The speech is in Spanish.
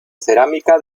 cerámica